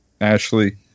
Ashley